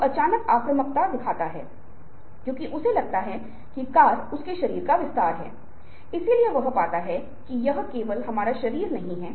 शुरू में आपको कुछ खरीदने का शौक नहीं है अब आप इसे खरीदने के इच्छुक हैं आपका रवैया संशोधित कर दिया गया है